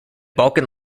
balkan